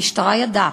המשטרה ידעה,